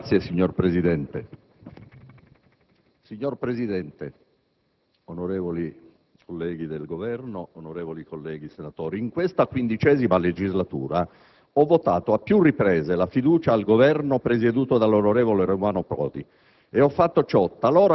*(Misto)*. Signor Presidente, onorevoli colleghi del Governo, onorevoli colleghi senatori, in questa XV legislatura ho votato a più riprese la fiducia al Governo presieduto dall'onorevole Romano Prodi.